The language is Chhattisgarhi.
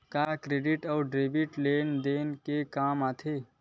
का क्रेडिट अउ डेबिट लेन देन के काम आथे?